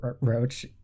Roach